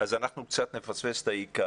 אנחנו קצת נפספס את העיקר.